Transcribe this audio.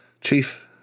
chief